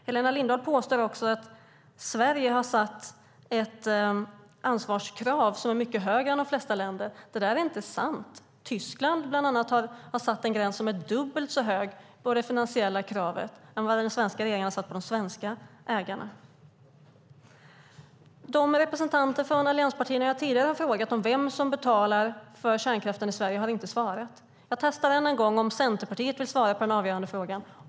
Helena Lindahl påstår också att Sverige har satt ett ansvarskrav som är mycket högre än i de flesta länder. Det är inte sant. Tyskland, bland annat, har satt en gräns som är dubbelt så hög vad gäller det finansiella kravet jämfört med vad den svenska regeringen har satt på de svenska ägarna. De representanter från allianspartierna som jag tidigare har frågat vem som betalar för kärnkraften i Sverige har inte svarat. Jag testar än en gång. Vill Centerpartiet svara på den avgörande frågan?